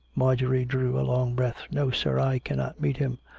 marjorie drew a long breath. no, sir i cannot meet him.